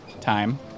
time